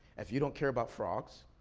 if you don't care about frogs,